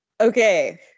Okay